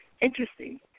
Interesting